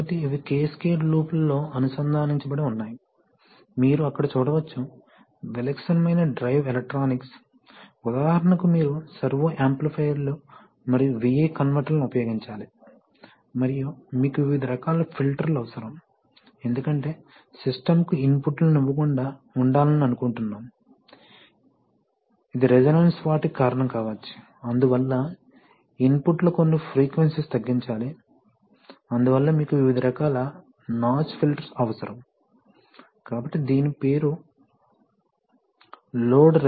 కాబట్టి ఇవి క్యాస్కేడ్ లూప్లలో అనుసంధానించబడి ఉన్నాయి మీరు అక్కడ చూడవచ్చు విలక్షణమైన డ్రైవ్ ఎలక్ట్రానిక్స్ ఉదాహరణకు మీరు సర్వో యాంప్లిఫైయర్లు మరియు VI కన్వర్టర్లను ఉపయోగించాలి మరియు మీకు వివిధ రకాల ఫిల్టర్లు అవసరం ఎందుకంటే సిస్టమ్కు ఇన్పుట్లను ఇవ్వకుండా ఉండాలని అనుకుంటున్నాము ఇది రెసోనాన్సు వాటికి కారణం కావచ్చు అందువల్ల ఇన్పుట్లో కొన్ని ఫ్రీక్యూన్సిస్ తగ్గించాలి అందువల్ల మీకు వివిధ రకాల నాచ్ ఫిల్టర్ అవసరం కాబట్టి దీని పేరు లోడ్ రెసోనాన్సు నాచ్